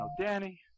Danny